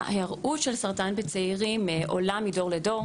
הארעיות של סרטן בצעירים עולה מדור לדור